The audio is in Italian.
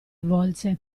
volse